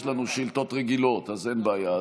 יש לנו שאילתות רגילות, אז אין בעיה.